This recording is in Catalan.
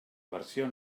versió